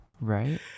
Right